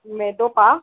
मैदो पाउ